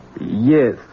Yes